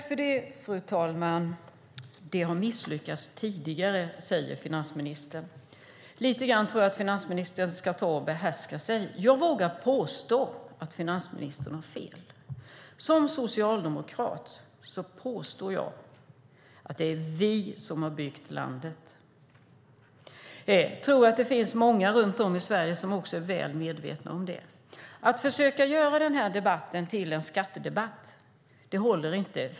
Fru talman! Det har misslyckats tidigare, säger finansministern. Jag tror att finansministern ska behärska sig lite grann. Jag vågar påstå att finansministern har fel. Som socialdemokrat påstår jag att det är vi som har byggt landet. Jag tror att det finns många runt om i Sverige som också är väl medvetna om det. Att försöka göra den här debatten till en skattedebatt håller inte.